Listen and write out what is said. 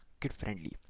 kid-friendly